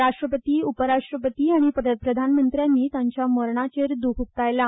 राष्ट्रपती उपराष्ट्रपती आनी प्रधानमंत्र्यानी तांच्या मरणाचेर द्ख उक्तायला